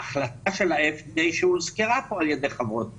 ההחלטה של ה-FDA שהוזכרה פה על ידי חברות הכנסת.